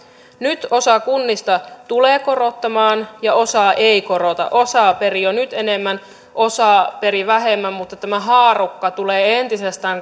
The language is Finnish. nyt osa kunnista tulee korottamaan ja osa ei korota osa perii jo nyt enemmän osa perii vähemmän mutta tämä haarukka tulee entisestään